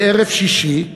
בערב שישי,